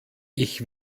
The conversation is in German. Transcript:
ich